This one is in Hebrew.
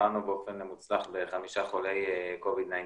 שטיפלנו באופן מוצלח בחמישה חולי קוביד-19